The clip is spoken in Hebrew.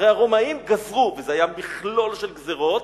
הרי הרומאים גזרו, וזה היה מכלול של גזירות